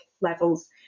levels